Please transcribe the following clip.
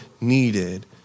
needed